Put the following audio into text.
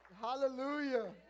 Hallelujah